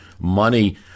money